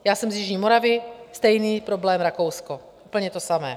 Já jsem z jižní Moravy stejný problém Rakousko, úplně to samé.